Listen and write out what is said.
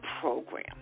program